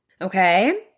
Okay